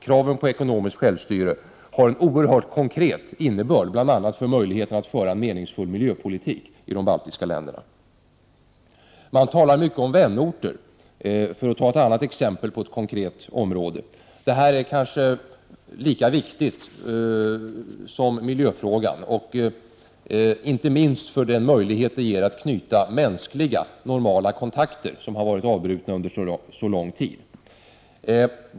Kraven på ekonomiskt självstyre har en oerhört konkret innebörd, bl.a. för möjligheterna att föra en meningsfull miljöpolitik i de baltiska länderna. Man talar mycket om vänorter — för att ta ett annat konkret exempel. Det här är kanske lika viktigt som miljöfrågan, inte minst med tanke på de möjligheter som här erbjuds när det gäller att återknyta mänskliga normala kontakter — vilka har varit avbrutna under mycket lång tid.